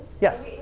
Yes